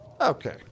Okay